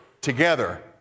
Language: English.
together